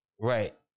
Right